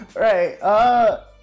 Right